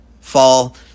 fall